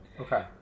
Okay